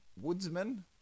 woodsman